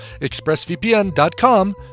Expressvpn.com